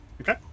Okay